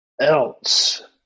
else